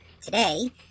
Today